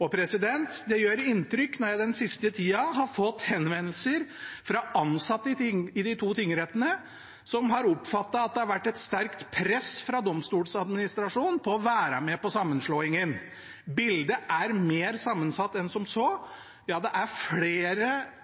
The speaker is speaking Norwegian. Det gjør inntrykk når jeg den siste tida har fått henvendelser fra ansatte i de to tingrettene som har oppfattet at det har vært et sterkt press fra Domstoladministrasjonen for å være med på sammenslåingen. Bildet er mer sammensatt enn som så. Det er klart at én av fagforeningene har vært med på avtalen, men det er